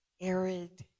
arid